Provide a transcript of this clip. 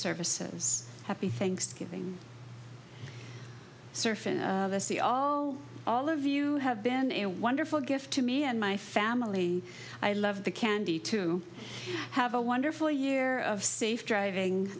serves happy thanksgiving surf and see all all of you have been a wonderful gift to me and my family i love the candy to have a wonderful year of safe driving